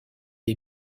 est